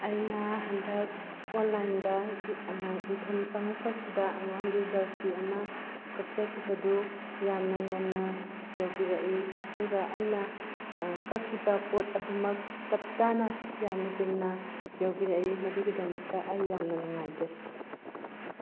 ꯑꯩꯅ ꯍꯟꯗꯛ ꯑꯣꯟꯂꯥꯏꯟꯗ ꯏꯟꯊꯝ ꯆꯪꯉꯛꯄꯁꯤꯗ ꯑꯉꯥꯡꯒꯤ ꯖꯔꯁꯤ ꯑꯃ ꯀꯛꯆꯈꯤꯕꯗꯨ ꯌꯥꯝꯅ ꯉꯟꯅ ꯌꯧꯕꯤꯔꯛꯏ ꯑꯗꯨꯒ ꯑꯩꯅ ꯀꯛꯈꯤꯕ ꯄꯣꯠ ꯑꯗꯨꯃꯛ ꯆꯞꯆꯥꯅ ꯌꯥꯝꯅ ꯆꯨꯝꯅ ꯌꯧꯕꯤꯔꯛꯏ ꯃꯗꯨꯒꯤꯗꯃꯛꯇ ꯑꯩ ꯌꯥꯝꯅ ꯅꯨꯡꯉꯥꯏꯖꯩ